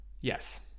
Yes